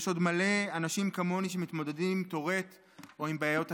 יש עוד מלא אנשים כמוני שמתמודדים עם טורט או עם בעיות אחרות.